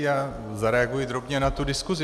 Já zareaguji drobně na tu diskuzi.